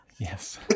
Yes